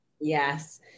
Yes